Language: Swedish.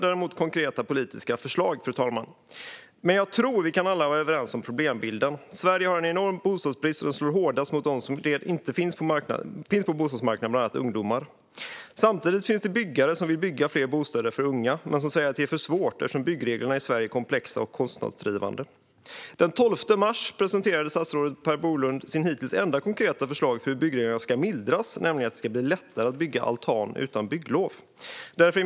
Däremot behövs konkreta politiska förslag, fru talman. Jag tror dock att vi alla kan vara överens om problembilden. Sverige har en enorm bostadsbrist som slår hårdast mot dem som inte finns på bostadsmarknaden, bland annat ungdomar. Samtidigt finns det byggare som vill bygga fler bostäder för unga, men de säger att det är för svårt då byggreglerna i Sverige är komplexa och kostnadsdrivande. Den 12 mars presenterade statsrådet Per Bolund sitt hittills enda konkreta förslag för hur byggreglerna ska mildras, nämligen att det ska bli lättare att bygga altan utan bygglov.